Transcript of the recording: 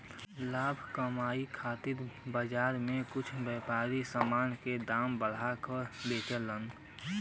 लाभ कमाये खातिर बाजार में कुछ व्यापारी समान क दाम बढ़ा के बेचलन